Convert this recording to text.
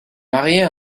mariée